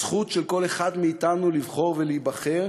הזכות של כל אחד מאתנו לבחור ולהיבחר,